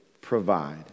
provide